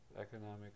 economic